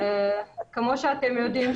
כידוע לכם,